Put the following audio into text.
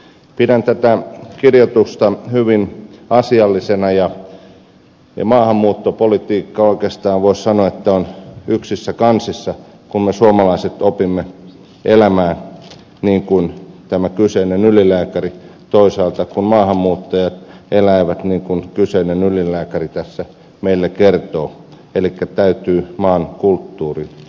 pidän tätä kirjoitusta hyvin asiallisena ja maahanmuuttopolitiikka oikeastaan voisi sanoa on yksissä kansissa kun me suomalaiset opimme elämään niin kuin tämä kyseinen ylilääkäri kertoo toisaalta kun maahanmuuttajat elävät niin kuin kyseinen ylilääkäri tässä meille kertoo elikkä täytyy maan kulttuuriin sopeutua